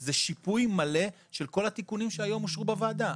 זה שיפוי מלא של כל התיקונים שהיום אושרו בוועדה,